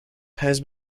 has